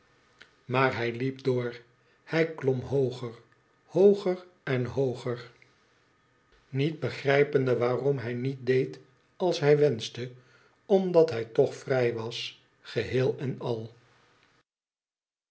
maar hij liep door hij klom hooger hooger en hooger niet begrijpende waarom hij met deed als hij wenschte omdat hij toch vrij was geheel en al